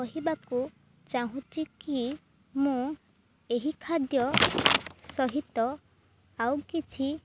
କହିବାକୁ ଚାହୁଁଛି କି ମୁଁ ଏହି ଖାଦ୍ୟ ସହିତ ଆଉ କିଛି